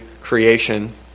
creation